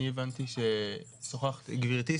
גבירתי,